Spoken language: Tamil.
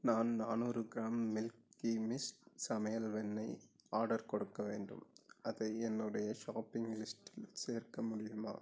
நான் நானூறு கிராம் மில்கி மிஸ்ட் சமையல் வெண்ணெய் ஆர்டர் கொடுக்க வேண்டும் அதை என்னுடைய ஷாப்பிங் லிஸ்டில் சேர்க்க முடியுமா